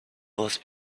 was